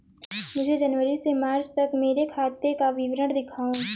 मुझे जनवरी से मार्च तक मेरे खाते का विवरण दिखाओ?